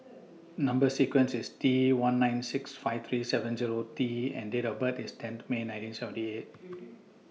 Number sequence IS T one nine six five three seven Zero T and Date of birth IS ten May nineteen seventy eight